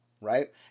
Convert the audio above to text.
right